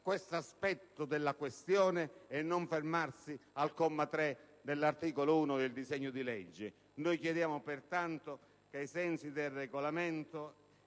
questo aspetto della questione e non fermarsi al comma 3 dell'articolo 1 del disegno di legge. Chiediamo pertanto che, ai sensi del Regolamento